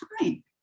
time